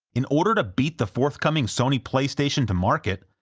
in order to beat the forthcoming sony playstation to market,